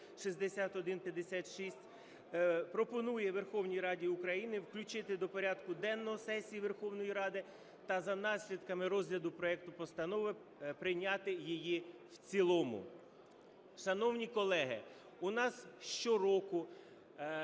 Верховної Ради України